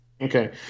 okay